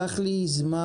לקח לי זמן